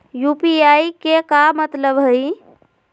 UPI के का मतलब हई?